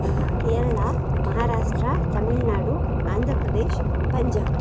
Kerala Maharashtra Tamil Nadu Andhra Pradesh Punjab